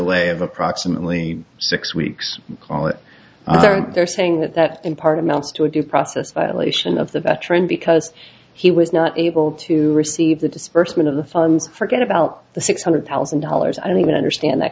delay of approximately six weeks call it they're saying that that in part amounts to a due process violation of the veteran because he was not able to receive the disbursement of the funds forget about the six hundred thousand dollars i don't even understand that